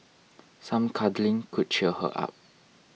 some cuddling could cheer her up